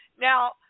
Now